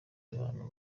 abantu